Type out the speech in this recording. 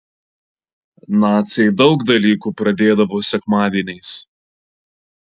naciai daug dalykų pradėdavo sekmadieniais